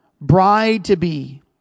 bride-to-be